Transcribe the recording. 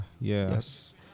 yes